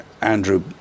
Andrew